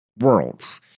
worlds